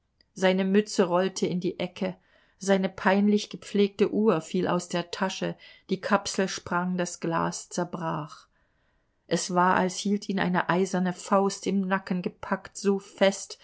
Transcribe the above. seine mütze rollte in die ecke seine peinlich gepflegte uhr fiel aus der tasche die kapsel sprang das glas zerbrach es war als hielt ihn eine eiserne faust im nacken gepackt so fest